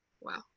Wow